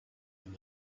and